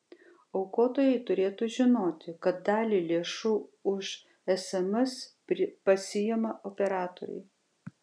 aukotojai turėtų žinoti kad dalį lėšų už sms pasiima operatoriai